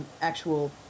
actual